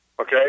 Okay